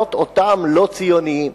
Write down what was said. ולכנות אותם לא ציונים.